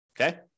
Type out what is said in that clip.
Okay